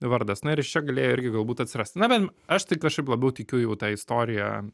vardas na ir iš čia galėjo irgi galbūt atsirasti na bet aš tai kažkaip labiau tikiu jau ta istorija